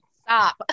Stop